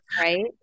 right